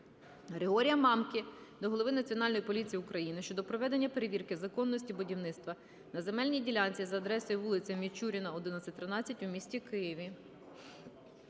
Григорія Мамки до голови Національної поліції України щодо проведення перевірки законності будівництва на земельній ділянці за адресою вулиця Мічуріна, 11-13, у місті Києві.